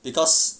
because